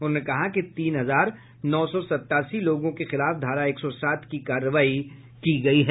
उन्होंने कहा कि तीन हजार नौ सौ सतासी लोगों के खिलाफ धारा एक सौ सात की कार्रवाई की गई है